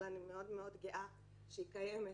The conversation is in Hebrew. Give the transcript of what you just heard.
אבל אני מאוד-מאוד גאה שהיא קיימת.